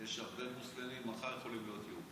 יש הרבה מוסלמים שמחר יכולים להיות יהודים.